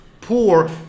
poor